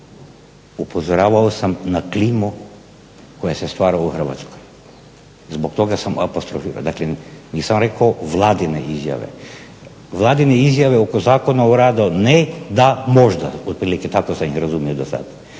Upozoravao sam na klimu koja se stvara u Hrvatskoj, zbog toga sam ovo apostrofirao. Dakle nisam rekao vladine izjave. Vladine izjave oko Zakona o radu ne, da, možda, otprilike tako sam ih razumio do sad.